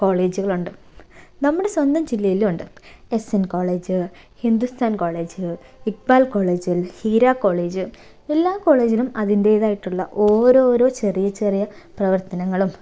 കോളേജുകളുണ്ട് നമ്മുടെ സ്വന്തം ജില്ലയിലുമുണ്ട് S N college Hindustan college Iqbal college Heera college എല്ലാ കോളേജിലും അതിൻറ്റേതായിട്ടുള്ള ഓരോരോ ചെറിയ ചെറിയ പ്രവർത്തനങ്ങളും